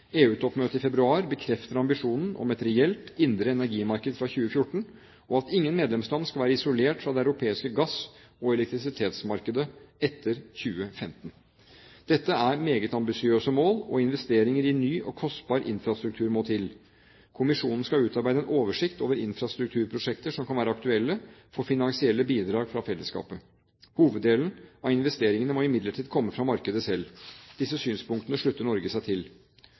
i februar bekreftet ambisjonene om et reelt indre energimarked fra 2014 og at ingen medlemsland skal være isolert fra det europeiske gass- og elektrisitetsmarkedet etter 2015. Dette er meget ambisiøse mål, og investeringer i ny og kostbar infrastruktur må til. Kommisjonen skal utarbeide en oversikt over infrastrukturprosjekter som kan være aktuelle for finansielle bidrag fra fellesskapet. Hoveddelen av investeringene må imidlertid komme fra markedet selv. Disse synspunktene slutter Norge seg til.